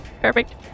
Perfect